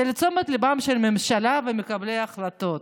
זה לתשומת ליבם של הממשלה ומקבלי ההחלטות.